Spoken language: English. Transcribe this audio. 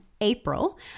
April